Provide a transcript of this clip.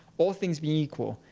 all things being equal,